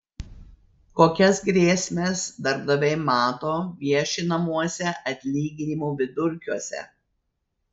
kokias grėsmes darbdaviai mato viešinamuose atlyginimų vidurkiuose